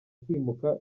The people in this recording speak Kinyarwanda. kwimuka